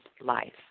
life